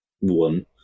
one